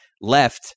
left